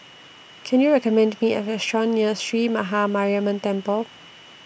Can YOU recommend Me A Restaurant near Sree Maha Mariamman Temple